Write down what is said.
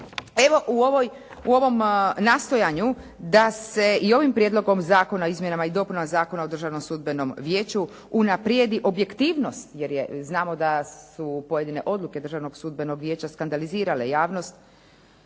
Evo u ovom nastojanju da se i ovim Prijedlogom zakona o izmjenama i dopunama Zakona o Državnom sudbenom vijeću unaprijedi objektivnost, jer je, znamo da su pojedine odluke Državnog sudbenog vijeća skandalizirale javnost.